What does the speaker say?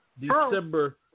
December